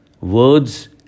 words